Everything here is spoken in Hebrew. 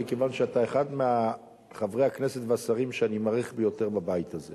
מכיוון שאתה אחד מחברי הכנסת והשרים שאני מעריך ביותר בבית הזה.